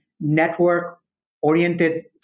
network-oriented